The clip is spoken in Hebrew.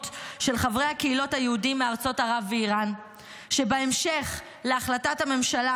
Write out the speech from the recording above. של חברי הקהילות היהודיים מארצות ערב ואיראן בהמשך להחלטת הממשלה